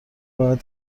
باید